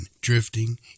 drifting